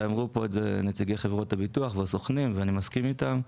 ואמרו פה את זה נציגי חברות הביטוח והסוכנים ואני מסכים איתם,